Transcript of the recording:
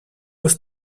was